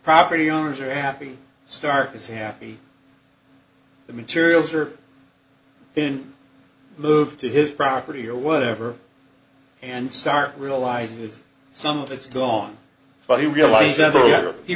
property owners are happy stark is happy the materials are been moved to his property or whatever and start realizes some of it's gone but he